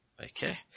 Okay